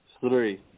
Three